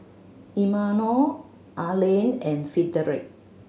Imanol Arlen and Frederick